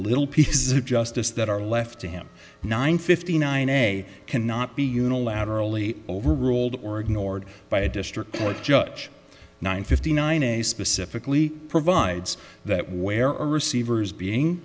little pieces of justice that are left to him nine fifty nine a cannot be unilaterally overruled or ignored by a district court judge nine fifty nine a specifically provides that where receivers being